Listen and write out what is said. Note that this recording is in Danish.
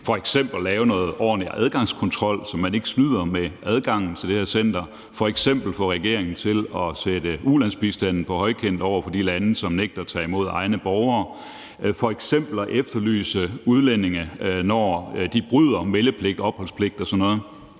f.eks. at lave noget ordentlig adgangskontrol, så man ikke snyder med adgangen til det her center, f.eks. at få regeringen til at sætte ulandsbistanden på højkant over for de lande, som ikke vil tage imod egne borgere, og at f.eks. efterlyse udlændinge, når de bryder meldepligt og opholdspligt og sådan noget.